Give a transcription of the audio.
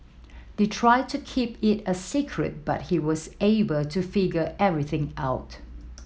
they tried to keep it a secret but he was able to figure everything out